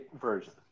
version